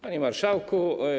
Panie Marszałku!